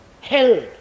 held